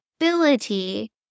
ability